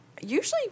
Usually